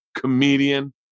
Comedian